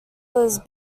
was